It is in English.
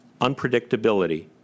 unpredictability